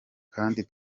kandi